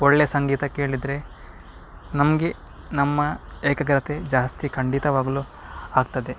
ಒಳ್ಳೆ ಸಂಗೀತ ಕೇಳಿದರೆ ನಮಗೆ ನಮ್ಮ ಏಕಾಗ್ರತೆ ಜಾಸ್ತಿ ಖಂಡಿತವಾಗಲು ಆಗ್ತದೆ